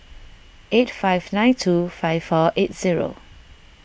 eight five nine two five four eight zero